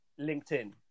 linkedin